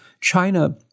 China